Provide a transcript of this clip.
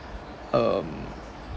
um